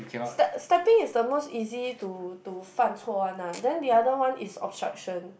step stepping is the most easy to to 犯错 one ah then the other one is obstruction